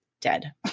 dead